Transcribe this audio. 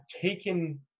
taken